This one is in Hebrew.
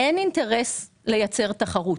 אין אינטרס לייצר תחרות.